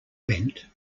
bent